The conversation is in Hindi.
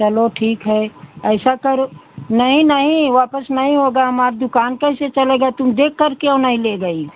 चलो ठीक है ऐसा करो नहीं नहीं वापस नहीं होगा हमारी दुकान कैसे चलेगी तुम देखकर क्यों नहीं ले गई